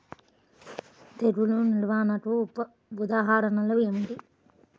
తెగులు నిర్వహణకు ఉదాహరణలు ఏమిటి?